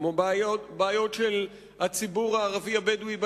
כמו בעיות הציבור הערבי הבדואי בנגב,